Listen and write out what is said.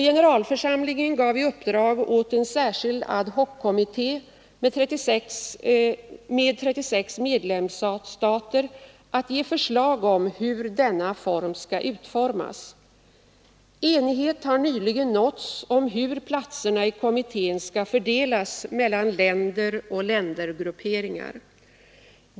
Generalförsamlingen gav i uppdrag åt en särskild ad hoc-kommitté med 36 medlemsstater att ge förslag om hur denna fond skall utformas. Enighet har nyligen nåtts om hur platserna i kommittén skall fördelas mellan länder och ländergrupperingar.